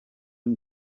and